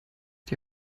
die